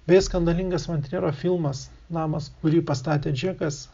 beje skandalingas von triero filmas namas kurį pastatė džekas